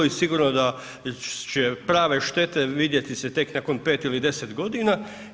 I sigurno da će prave štete vidjeti se tek nakon 5 ili 10 godina.